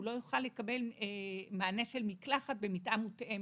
הוא לא יוכל לקבל מענה של מקלחת במיטה מותאמת.